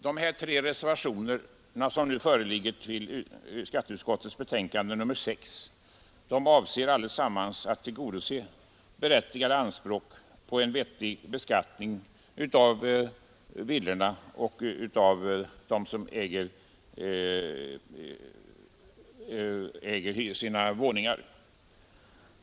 Samtliga tre reservationer som fogats till skatteutskottets betänkande nr 6 avser att tillgodose berättigade anspråk på en vettig beskattning av villorna och bostadsrättslägenheterna.